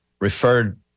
referred